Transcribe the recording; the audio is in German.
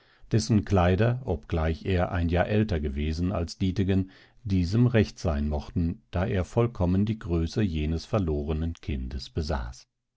dessen kleider obgleich er ein jahr älter gewesen als dietegen diesem recht sein mochten da er vollkommen die größe jenes verlorenen kindes besaß